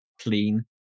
clean